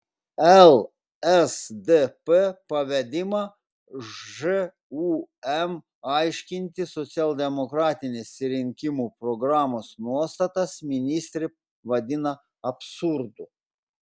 lsdp pavedimą žūm aiškinti socialdemokratinės rinkimų programos nuostatas ministrė vadina absurdu